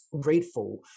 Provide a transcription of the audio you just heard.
grateful